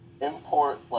import